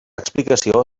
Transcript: explicació